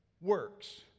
works